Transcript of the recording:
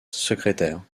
secrétaire